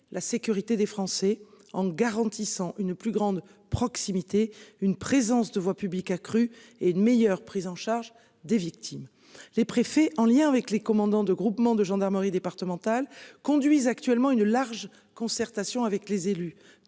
la sécurité des Français en garantissant une plus grande proximité une présence de voie publique accrue et une meilleure prise en charge des victimes. Les préfets en lien avec les commandants de groupement de gendarmerie départemental conduisent actuellement une large concertation avec les élus